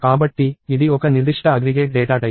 కాబట్టి ఇది ఒక నిర్దిష్ట అగ్రిగేట్ డేటా టైప్